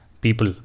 people